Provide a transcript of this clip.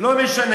לא משנה.